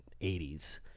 80s